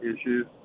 issues